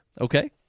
Okay